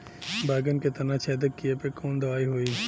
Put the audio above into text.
बैगन के तना छेदक कियेपे कवन दवाई होई?